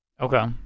Okay